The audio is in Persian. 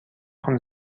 خوام